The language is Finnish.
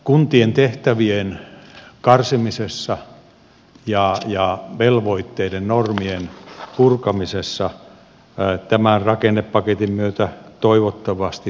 kuntien tehtävien karsimisessa ja velvoitteiden ja normien purkamisessa tämän rakennepaketin myötä toivottavasti päästään liikkeelle